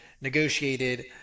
negotiated